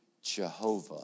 Jehovah